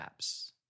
apps